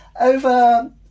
over